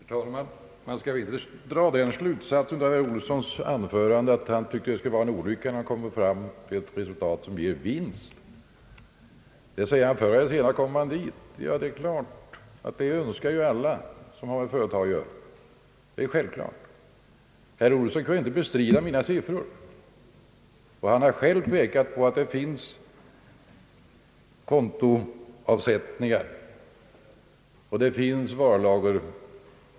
Herr talman! Man skall väl inte dra den slutsatsen av herr Olssons anförande att han tycker det skulle vara en olycka att man uppnår ett resultat som ger vinst. Han säger att det förr eller senare blir så. Ja, det är klart att man önskar det inom alla företag. Herr Olsson kunde inte bestrida mina siffror. Han har själv pekat på att det förekommer kontoavsättningar och avskrivningar på varulager.